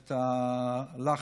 את הלחץ.